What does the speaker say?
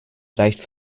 reicht